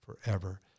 forever